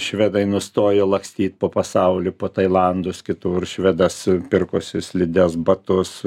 švedai nustojo lakstyt po pasaulį po tailandus kitur švedas pirkosi slides batus